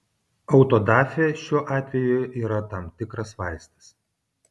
autodafė šiuo atveju yra tam tikras vaistas